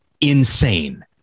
insane